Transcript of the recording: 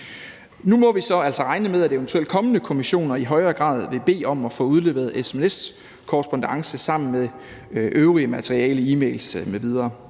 Nu må vi altså regne med, at eventuelle kommende kommissioner i højere grad vil bede om at få udleveret sms-korrespondancer sammen med øvrigt materiale, e-mails